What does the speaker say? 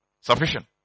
Sufficient